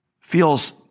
feels